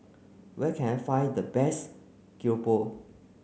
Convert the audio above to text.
where can I find the best Keropok